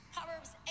Proverbs